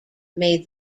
made